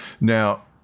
Now